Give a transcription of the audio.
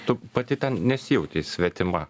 tu pati ten nesijautei svetima